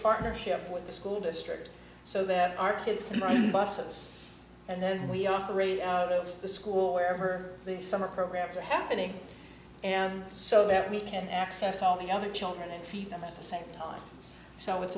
partnership with the school district so that our kids can run buses and then we operate out of the school where her summer programs are happening and so that we can access all the other children and feed them at the same time so it's